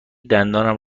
دندانم